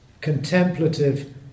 contemplative